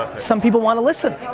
some people wanna listen,